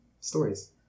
stories